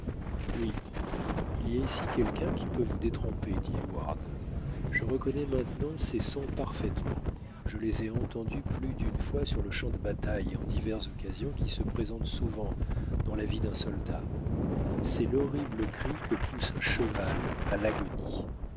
oui il y a ici quelqu'un qui peut vous détromper dit heyward je reconnais maintenant ces sons parfaitement je les ai entendus plus d'une fois sur le champ de bataille et en diverses occasions qui se présentent souvent dans la vie d'un soldat c'est l'horrible cri que pousse un cheval à l'agonie